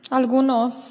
algunos